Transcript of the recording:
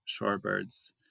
shorebirds